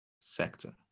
sector